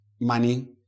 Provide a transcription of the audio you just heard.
money